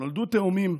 נולדו תאומים,